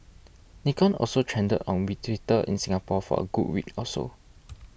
Nikon also trended on we Twitter in Singapore for a good week or so